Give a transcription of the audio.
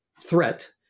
threat